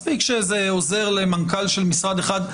מספיק שזה עוזר למנכ"ל של משרד אחד,